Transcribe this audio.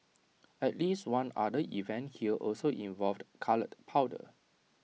at least one other event here also involved coloured powder